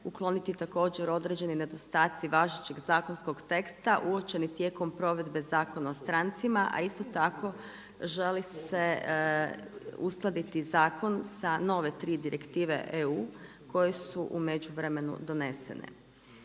ukloniti također određeni nedostaci važećeg zakonskog teksta uočenog tijekom provedbe Zakona o strancima a isto tako želi se uskladiti zakon sa nove tri direktive EU koje su u međuvremenu donesene.